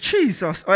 Jesus